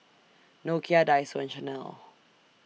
Nokia Daiso and Chanel